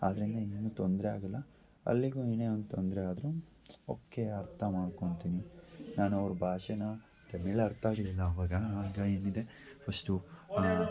ಅದರಿಂದ ಏನೂ ತೊಂದರೆ ಆಗೋಲ್ಲ ಅಲ್ಲಿಗೂ ಏನೇ ತೊಂದರೆ ಆದರೂ ಓಕೆ ಅರ್ಥ ಮಾಡ್ಕೊಂತೀನಿ ನಾನು ಅವರ ಭಾಷೆನ ತಮಿಳು ಅರ್ಥ ಅಗಲಿಲ ಆವಾಗ ಆವಾಗ ಏನಿದೆ ಫಶ್ಟು